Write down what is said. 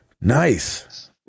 Nice